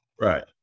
Right